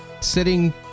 Sitting